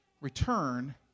Return